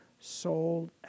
sold